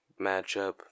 matchup